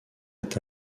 ait